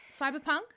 Cyberpunk